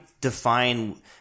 define